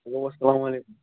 hello السلامُ علیکُم